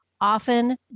often